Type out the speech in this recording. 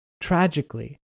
tragically